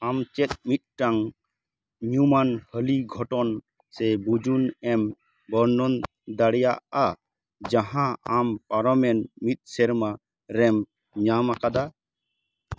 ᱟᱢ ᱪᱮᱫ ᱢᱤᱫᱴᱟᱝ ᱧᱩᱢᱟᱱ ᱦᱟᱹᱞᱤ ᱜᱷᱚᱴᱚᱱ ᱥᱮ ᱵᱩᱡᱩᱱ ᱮᱢ ᱵᱚᱨᱱᱱᱚᱱ ᱫᱟᱲᱮᱭᱟᱜᱼᱟ ᱡᱟᱦᱟᱸ ᱟᱢ ᱯᱟᱨᱚᱢᱮᱱ ᱢᱤᱫ ᱥᱮᱨᱢᱟ ᱨᱮᱢ ᱧᱟᱢ ᱟᱠᱟᱫᱟ